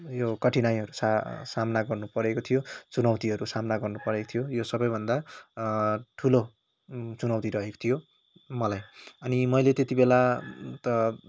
यो कठिनाईहरू सामना गर्नु परेको थियो चुनौतिहरू सामना गर्नु परेको थियो यो सबैभन्दा ठुलो चुनौति रहेको थियो मलाई अनि मैले त्यतिबेला त